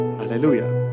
hallelujah